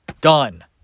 Done